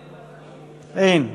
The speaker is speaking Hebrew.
אין.